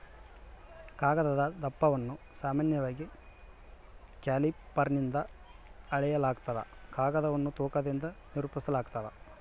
ಕಾಗದದ ದಪ್ಪವನ್ನು ಸಾಮಾನ್ಯವಾಗಿ ಕ್ಯಾಲಿಪರ್ನಿಂದ ಅಳೆಯಲಾಗ್ತದ ಕಾಗದವನ್ನು ತೂಕದಿಂದ ನಿರೂಪಿಸಾಲಾಗ್ತದ